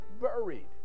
buried